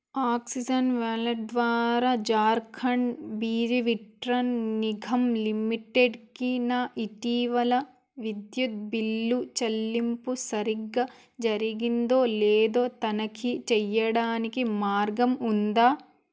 oxygen wallet ద్వారా జార్ఖండ్ బిజిలీ వితరన్ నిగమ్ లిమిటెడ్కి నా ఇటీవల విద్యుత్ బిల్లు చెల్లింపు సరిగా జరిగిందో లేదో తనిఖీ చేయడానికి మార్గం ఉందా